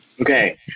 okay